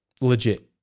legit